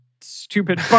stupid